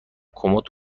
کمد